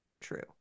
true